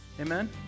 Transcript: Amen